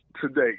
today